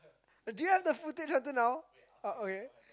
do you have the footage until now oh okay